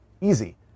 Easy